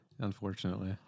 unfortunately